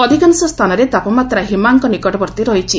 ଅଧିକାଂଶ ସ୍ଥାନରେ ତାପମାତ୍ରା ହିମାଙ୍କ ନିକଟବର୍ତ୍ତୀ ରହିଛି